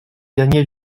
gagner